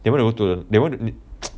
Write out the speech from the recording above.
they want to they want to